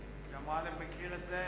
גם גאלב מכיר את זה.